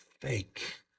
fake